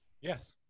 Yes